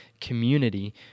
community